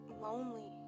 lonely